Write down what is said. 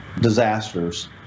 disasters